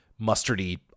mustardy